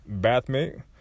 bathmate